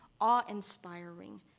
awe-inspiring